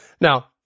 Now